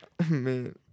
Man